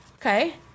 Okay